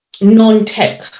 non-tech